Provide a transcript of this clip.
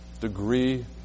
degree